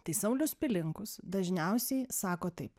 tai saulius pilinkus dažniausiai sako taip